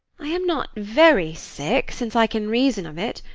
i am not very sick, since i can reason of it.